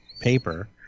paper